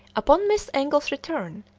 upon miss engle's return,